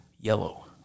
Yellow